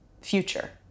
Future